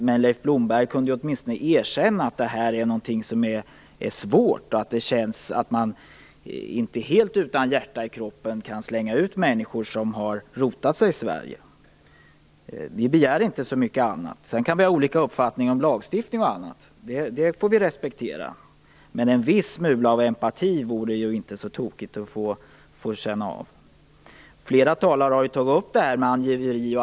Men Leif Blomberg kunde åtminstone erkänna att det är svårt att slänga ut människor som har rotat sig i Sverige om man har något hjärta i kroppen. Vi begär inte så mycket annat. Det kan finnas olika uppfattningar om lagstiftning och annat. Det får vi respektera. Men en smula empati vore inte så tokigt. Flera talare har tagit upp angiveri.